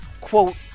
quote